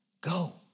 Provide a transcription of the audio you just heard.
go